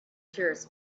tears